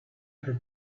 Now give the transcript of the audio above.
her